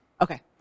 Okay